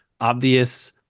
obvious